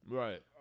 right